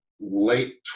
late